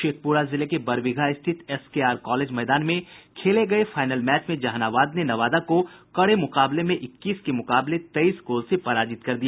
शेखपुरा जिले के बरबीघा स्थित एसकेआर कॉलेज मैदान में खेले गये फाइनल मैच में जहानाबाद ने नवादा को कड़े मुकाबले में इक्कीस के मुकाबले तेईस गोल से पराजित कर दिया